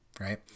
Right